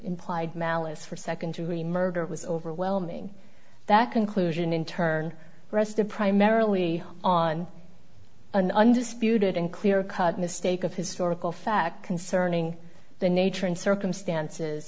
implied malice for second degree murder was overwhelming that conclusion in turn rested primarily on an undisputed and clear cut mistake of historical fact concerning the nature and circumstances